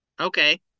Okay